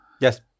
Yes